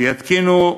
שיתקינו,